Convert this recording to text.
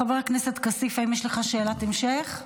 חבר הכנסת כסיף, האם יש לך שאלת המשך?